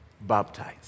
baptized